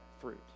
fruit